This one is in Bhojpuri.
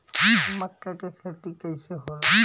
मका के खेती कइसे होला?